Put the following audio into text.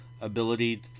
ability